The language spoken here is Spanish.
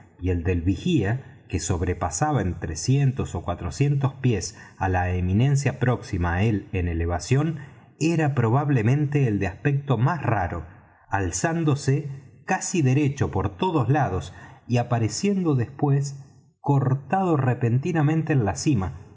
y el del vigía que sobrepasaba en trescientos ó cuatrocientos pies á la eminencia próxima á él en elevación era probablemente el de aspecto más raro alzándose casi derecho por todos lados y apareciendo después cortado repentinamente en la cima